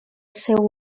seu